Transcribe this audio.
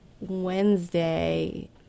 Wednesday